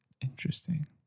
Interesting